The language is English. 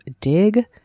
dig